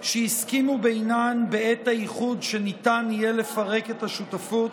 שהסכימו בינן בעת האיחוד שניתן יהיה לפרק את השותפות,